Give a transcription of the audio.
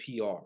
PR